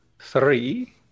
three